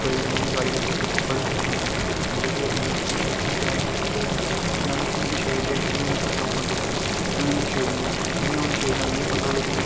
कोई अगर मिगी गाली कड्ढी ओड़ै ते उसी थप्पड़ लाई ओड़ना जां किश करना जानी बुज्झियै छेड़दा की अंऊ पंगे लैना होना ते उ'नें मिगी चेड़ी ओड़ना ते में प्ही पंगा लेई लैना